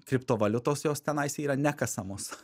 kriptovaliutos jos tenais yra nekasamos